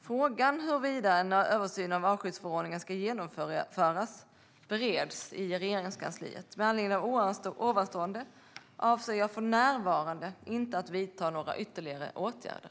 Frågan om huruvida en översyn av artskyddsförordningen ska genomföras bereds i Regeringskansliet. Med anledning av ovanstående avser jag för närvarande inte att vidta några ytterligare åtgärder.